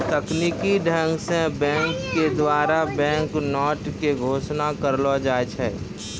तकनीकी ढंग से बैंक के द्वारा बैंक नोट के घोषणा करलो जाय छै